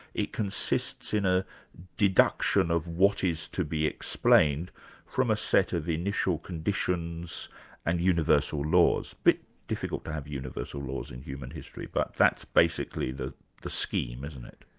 it consists in a deduction of what is to be explained from a set of initial conditions and universal laws, a bit difficult to have universal laws in human history, but that's basically the the scheme, isn't it?